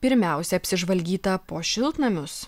pirmiausia apsižvalgyta po šiltnamius